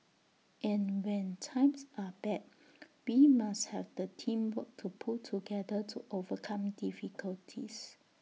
and when times are bad we must have the teamwork to pull together to overcome difficulties